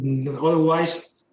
otherwise